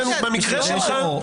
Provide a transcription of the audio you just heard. בסיטואציה של קטין יש אפוטרופוס.